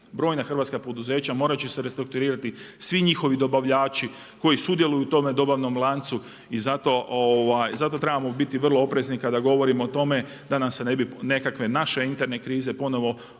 Brojna hrvatska poduzeća, morat će se restrukturirati svi njihovi dobavljači koji sudjeluju u tom dobavnom lancu i zato trebamo biti vrlo oprezni kada govorimo o tome da nam se ne bi nekakve naše interne krize ponovno